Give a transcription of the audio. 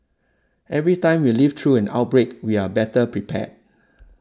every time we live through an outbreak we are better prepared